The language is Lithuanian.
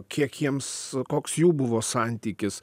kiek jiems koks jų buvo santykis